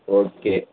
okay